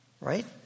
right